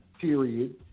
period